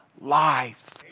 life